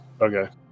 Okay